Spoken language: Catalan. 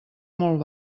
molt